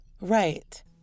Right